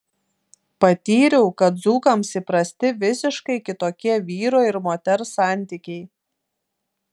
patyriau kad dzūkams įprasti visiškai kitokie vyro ir moters santykiai